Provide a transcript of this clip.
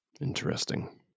Interesting